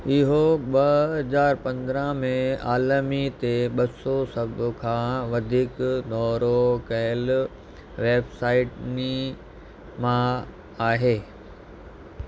इहो ॿ हज़ार पंद्रहं में आलमी ते ॿ सौ सभ खां वधीक दौरो कयल वेबसाइटनि मां आहे